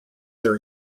their